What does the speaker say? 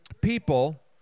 people